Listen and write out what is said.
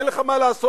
אין לך מה לעשות,